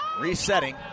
Resetting